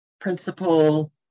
principal